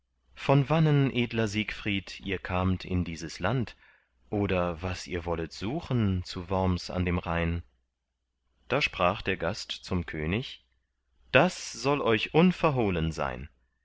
von wannen edler siegfried ihr kamt in dieses land oder was ihr wollet suchen zu worms an dem rhein da sprach der gast zum könig das soll euch unverhohlen sein